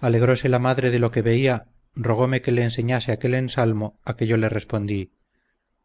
la madre de lo que veía rogome que le enseñase aquel ensalmo a que yo le respondí